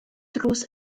drws